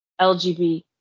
LGBT